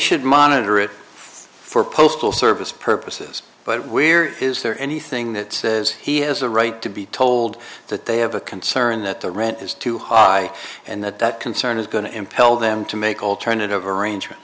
should monitor it for postal service purposes but where is there anything that says he has a right to be told that they have a concern that the rent is too high and that that concern is going to impel them to make alternative arrangement